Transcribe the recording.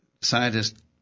Scientists